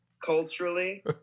culturally